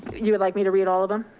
you would like me to read all of them?